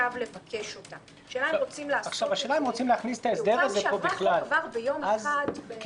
אם זה עובר בקריאה ראשונה ולא